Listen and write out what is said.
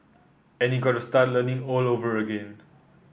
and you got to start learning all over again